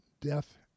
death